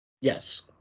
Yes